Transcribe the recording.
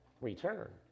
return